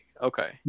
Okay